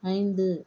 ஐந்து